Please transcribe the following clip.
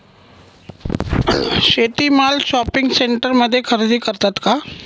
शेती माल शॉपिंग सेंटरमध्ये खरेदी करतात का?